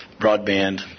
broadband